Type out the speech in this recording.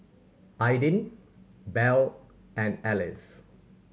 Aydin Bell and Alize